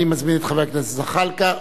אני מזמין את חבר הכנסת זחאלקה.